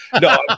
No